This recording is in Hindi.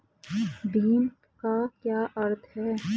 भीम का क्या अर्थ है?